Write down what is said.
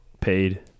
paid